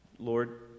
Lord